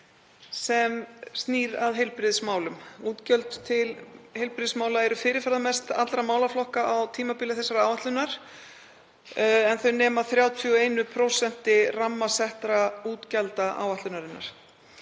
sem snýr að heilbrigðismálum. Útgjöld til heilbrigðismála eru fyrirferðarmest allra málaflokka á tímabili þessarar áætlunar en þau nema 31% rammasettra útgjalda áætlunarinnar.